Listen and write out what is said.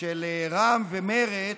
של רע"מ ומרצ,